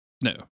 No